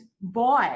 boy